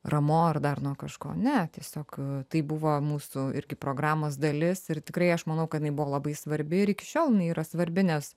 ramo ar dar nuo kažko ne tiesiog tai buvo mūsų irgi programos dalis ir tikrai aš manau kad jinai buvo labai svarbi ir iki šiol jinai yra svarbi nes